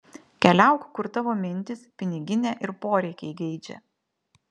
keliauk kur tavo mintys piniginė ir poreikiai geidžia